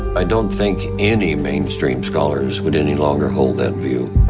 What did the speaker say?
i don't think any mainstream scholars would any longer hold that view.